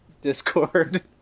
Discord